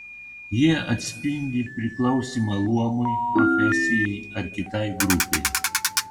jie atspindi priklausymą luomui profesijai ar kitai grupei